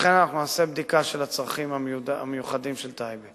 לכן אנחנו נעשה בדיקה של הצרכים המיוחדים של טייבה.